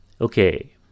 Okay